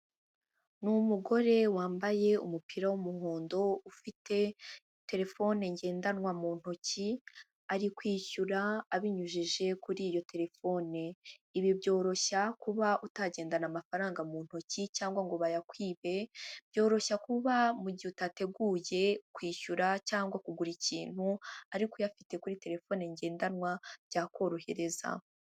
Ni umugore wambaye umupira w'umuhondo ufite telefone ngendanwa mu ntoki, ari kwishyura abinyujije kuri iyo telefone. Ibi byoroshya kuba utagendana amafaranga mu ntoki cyangwa ngo bayakwibe. Byoroshya kuba mu gihe utateguye kwishyura cyangwa kugura ikintu ariko uyafite kuri telefone ngendanwa byakorohereza.